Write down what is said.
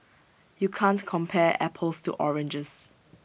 you can't compare apples to oranges